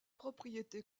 propriété